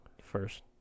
first